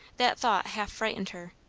that thought half frightened her.